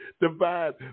divide